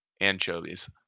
Anchovies